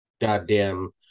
goddamn